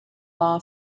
law